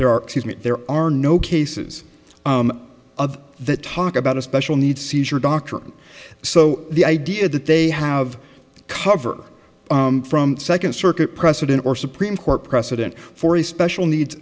there are there are no cases of that talk about a special needs seizure doctor so the idea that they have cover from second circuit precedent or supreme court precedent for a special needs